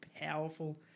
powerful